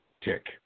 tick